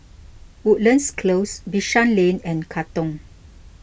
Woodlands Close Bishan Lane and Katong